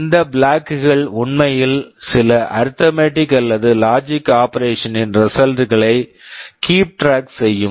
இந்த flag flag கள் உண்மையில் சில அரித்மெடிக் arithmetic அல்லது லாஜிக் logic ஆபரேஷன் operation இன் ரிசல்ட் result களைக் கீப் ட்ராக் keep track செய்யும்